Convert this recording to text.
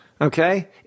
Okay